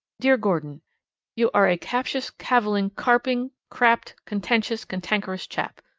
dear gordon you are a captious, caviling, carping, crabbed, contentious, cantankerous chap.